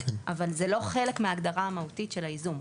אבל זה לא חלק מההגדרה המהותית של הייזום;